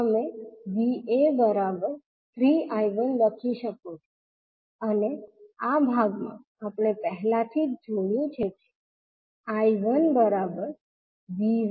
તમે 𝐕𝑎 3𝐈1 લખી શકો છો અને આ ભાગમાં આપણે પહેલાથી જ જોયું છે કે 𝐈1 𝐕1 −𝐕𝑎10